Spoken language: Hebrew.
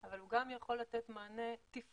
אבל הוא גם יכול לתת מענה תפעולי.